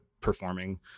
performing